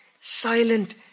silent